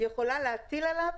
יכולה להטיל עליו